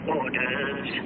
orders